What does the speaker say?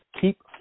keep